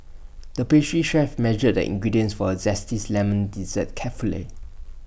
the pastry chef measured the ingredients for A zesties Lemon Dessert carefully